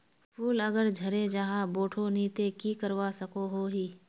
फूल अगर झरे जहा बोठो नी ते की करवा सकोहो ही?